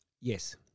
yes